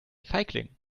feigling